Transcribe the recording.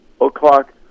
o'clock